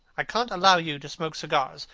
i can't allow you to smoke cigars.